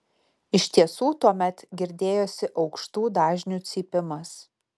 iš tiesų tuomet girdėjosi aukštų dažnių cypimas